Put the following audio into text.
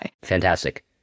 Fantastic